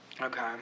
Okay